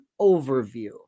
overview